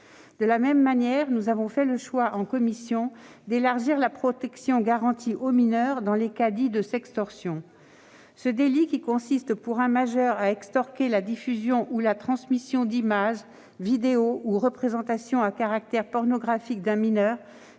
De la même manière, nous avons fait le choix, en commission, d'élargir la protection garantie aux mineurs dans les cas de « sextorsion ». Ce délit, qui consiste, pour un majeur, à extorquer la diffusion ou la transmission d'images, vidéos ou représentations à caractère pornographique d'un mineur,